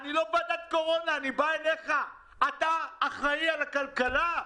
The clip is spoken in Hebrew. אני בא אליך, אתה אחראי על הכלכלה.